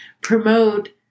promote